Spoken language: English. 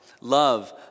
love